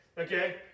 Okay